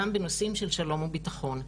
גם בנושאים של שלום וביטחון.